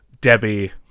Debbie